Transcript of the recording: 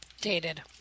Dated